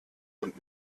und